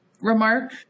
remark